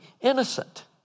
innocent